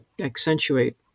accentuate